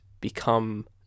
become